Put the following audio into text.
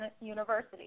University